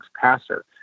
passer